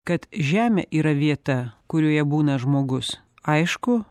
kad žemė yra vieta kurioje būna žmogus aišku